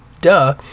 Duh